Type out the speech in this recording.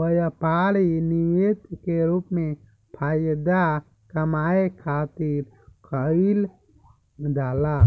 व्यापारी निवेश के रूप में फायदा कामये खातिर कईल जाला